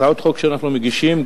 הצעות חוק שאנחנו מגישים,